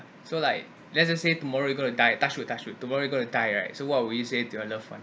so like let us say tomorrow we going to die touch wood touch wood tomorrow we going to die right so what would you say to your loved one